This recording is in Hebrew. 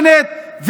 בנט,